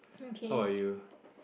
how about you